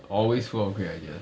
always full of great ideas